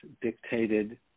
dictated